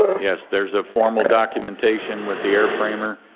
yes, there's a formal documentation with the airframer,